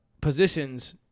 positions